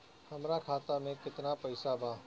हमरा खाता में केतना पइसा बा?